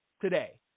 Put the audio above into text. today